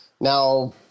now